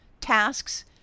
tasks